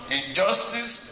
injustice